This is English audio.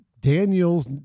Daniel's